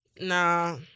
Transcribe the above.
Nah